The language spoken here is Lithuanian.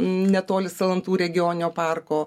netoli salantų regioninio parko